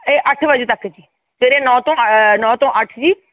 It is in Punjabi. ਇਹ ਅੱਠ ਵਜੇ ਤੱਕ ਜੀ ਸਵੇਰੇ ਨੌ ਤੋਂ ਨੌ ਤੋਂ ਅੱਠ ਜੀ